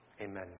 Amen